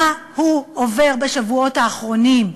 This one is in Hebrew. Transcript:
מה הוא עובר בשבועות האחרונים?